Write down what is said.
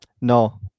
No